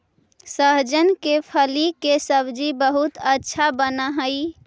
सहजन के फली के सब्जी बहुत अच्छा बनऽ हई